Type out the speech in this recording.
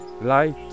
light